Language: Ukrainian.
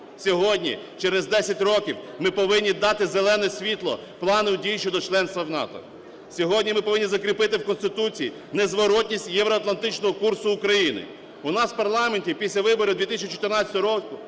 Сьогодні, через десять років, ми повинні дати "зелене світло" плану дій щодо членства в НАТО. Сьогодні ми повинні закріпити в Конституції незворотність євроатлантичного курсу України. У нас в парламенті після виборів 2014 року,